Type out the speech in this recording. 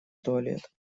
туалет